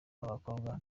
b’abakobwa